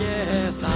Yes